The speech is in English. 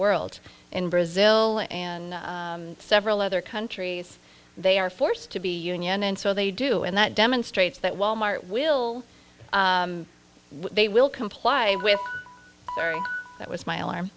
world in brazil and several other countries they are forced to be union and so they do and that demonstrates that wal mart will they will comply with that was my alarm